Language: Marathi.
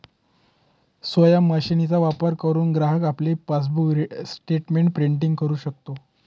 स्वयम मशीनचा वापर करुन ग्राहक आपले पासबुक स्टेटमेंट प्रिंटिंग करु शकतो